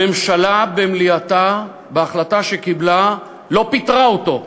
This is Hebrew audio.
הממשלה במליאתה, בהחלטה שקיבלה, לא פיטרה אותו,